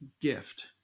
gift